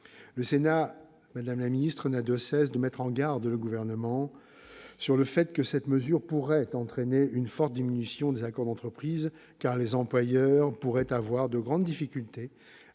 Le Sénat n'a de cesse de mettre en garde le Gouvernement sur le fait que cette mesure pourrait entraîner une forte diminution des accords d'entreprise, car les employeurs pourraient avoir de grandes difficultés